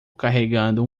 carregando